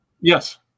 Yes